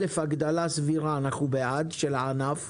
אנחנו בעד הגדלה סבירה של הענף,